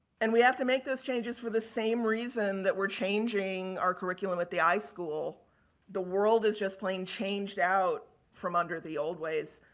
and, we have to make those changes for the same reason that we're changing our curriculum at the ischool. the world is just plain changed out from under the old ways.